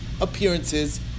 appearances